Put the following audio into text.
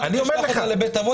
מה, תשלח אותה לבית אבות?